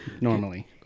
normally